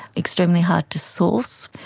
extremely hard to source.